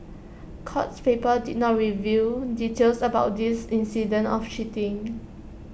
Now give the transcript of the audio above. courts papers did not reveal details about these incidents of cheating